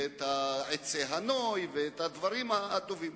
את עצי הנוי ואת הדברים הטובים.